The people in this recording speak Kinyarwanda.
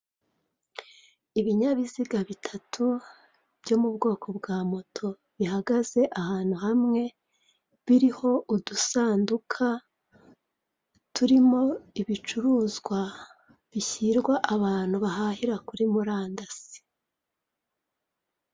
Ibinyabiziga bitatu byo mu bwoko bwa moto bihagaze ahantu hamwe biriho udusanduka turimo ibicuruzwa, bishyirwa abantu bahahira kuri murandasi.